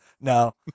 No